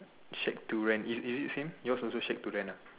shack to rent is it is it same yours also shack to rent ah